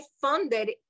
funded